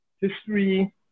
history